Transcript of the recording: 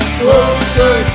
closer